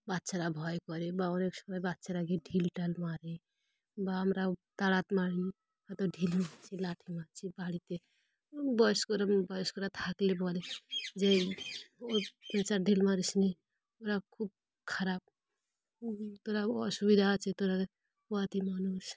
বাচ্চারা ভয় করে বা অনেক সময় বাচ্চারা গিয়ে ঢিল টাল মারে বা আমরা তাড়া মারি হয়তো ঢিল মারছি লাঠি মারছি বাড়িতে বয়স্করা বয়স্করা থাকলে বলে যে ও পেঁচা ঢিল মারিস নি ওরা খুব খারাপ তোরা অসুবিধা আছে তোরা পোয়াতি মানুষ